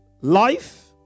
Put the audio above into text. life